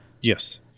Yes